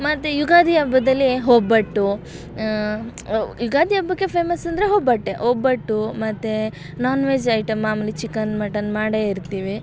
ಮತ್ತು ಯುಗಾದಿ ಹಬ್ಬದಲ್ಲಿ ಒಬ್ಬಟ್ಟು ಯುಗಾದಿ ಹಬ್ಬಕ್ಕೆ ಫೇಮಸ್ ಅಂದರೆ ಒಬ್ಬಟ್ಟೇ ಒಬ್ಬಟ್ಟು ಮತ್ತು ನಾನ್ವೆಜ್ ಐಟಮ್ ಮಾಮೂಲಿ ಚಿಕನ್ ಮಟನ್ ಮಾಡೇ ಇರ್ತೀವಿ